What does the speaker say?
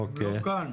אוקיי,